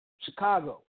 Chicago